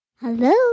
Hello